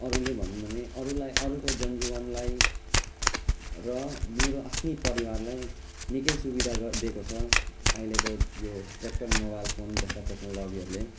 अरूले भनौँ अरूलाई अरूको जनजीवनलाई र मेरो आफ्नै परिवारलाई निकै सुविधा गरिदिएको छ अहिलेको यो ट्य्राक्टर मोबाइल फोन जस्ता टेक्नोलोजीहरूले